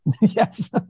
Yes